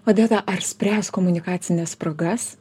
odeta ar spręs komunikacines spragas